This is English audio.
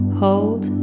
hold